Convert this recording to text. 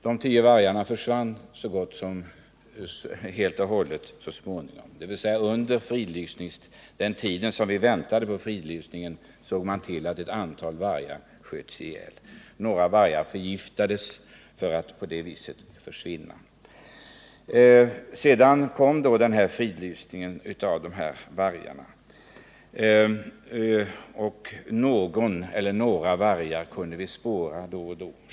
De tio vargarna försvann så småningom nästan helt, dvs. under den tid då vi väntade på fridlysningen, såg man till att ett antal vargar sköts. Några djur förgiftades för att på det viset försvinna. Sedan kom fridlysningen av de här vargarna. Någon eller några vargar kunde vi spåra då och då.